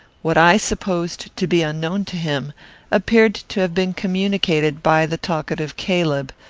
what i supposed to be unknown to him appeared to have been communicated by the talkative caleb,